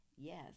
yes